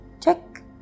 Check